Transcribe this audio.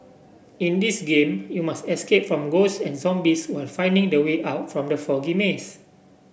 in this game you must escape from ghosts and zombies while finding the way out from the foggy maze